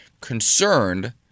concerned